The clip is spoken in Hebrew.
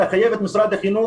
לחייב את משרד החינוך